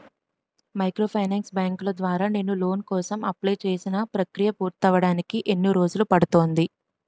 Microfinance బ్యాంకుల ద్వారా నేను లోన్ కోసం అప్లయ్ చేసిన ప్రక్రియ పూర్తవడానికి ఎన్ని రోజులు పడుతుంది?